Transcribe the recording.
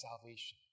salvation